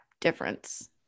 difference